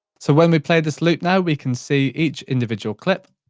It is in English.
so when we play this loop now, we can see each individual clip.